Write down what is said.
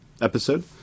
episode